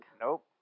Nope